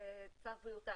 היו לנו תיקונים,